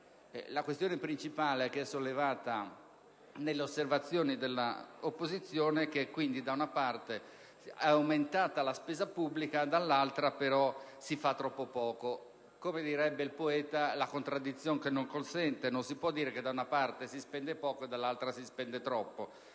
la questione principale sollevata nelle osservazioni dell'opposizione è che da una parte è aumentata la spesa pubblica, dall'altra, però, si fa troppo poco. Come direbbe il poeta, «la contradizion che nol consente»: non si può dire, da una parte, che si spende poco e, dall'altra, che si spende troppo.